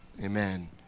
Amen